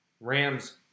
Rams